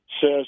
says